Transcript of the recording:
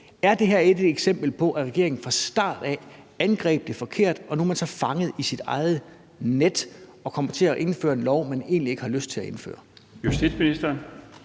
ikke et eksempel på, at regeringen fra start af angreb det forkert, og at nu er man så fanget i sit eget net og kommer til at indføre en lov, man egentlig ikke har lyst til at indføre? Kl. 22:20 Den